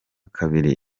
kabiri